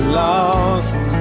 lost